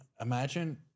imagine